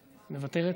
מוותרת,